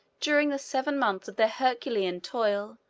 during the seven months of their herculean toil,